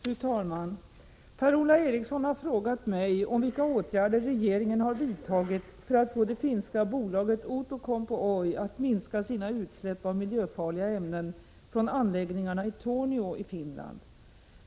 Fru talman! Per-Ola Eriksson har frågat mig om vilka åtgärder regeringen har vidtagit för att få det finska bolaget Outokumpu Oy att minska sina utsläpp av miljöfarliga ämnen från anläggningarna i Torneå i Finland.